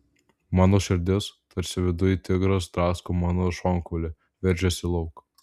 mano širdis tarsi viduj tigras drasko mano šonkaulį veržiasi lauk